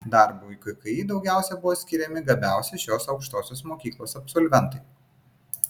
darbui kki daugiausiai buvo skiriami gabiausi šios aukštosios mokyklos absolventai